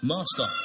Master